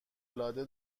العاده